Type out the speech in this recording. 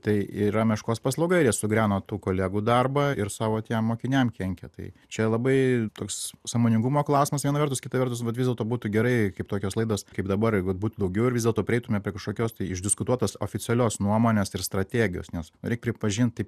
tai yra meškos paslauga ir jie sugriauna tų kolegų darbą ir savo tiem mokiniam kenkia tai čia labai toks sąmoningumo klausimas viena vertus kita vertus vat vis dėlto būtų gerai kaip tokios laidos kaip dabar jeigu būtų daugiau ir vis dėlto prieitume prie kažkokios tai išdiskutuotos oficialios nuomonės ir strategijos nes reik pripažinti taip